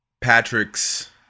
patrick's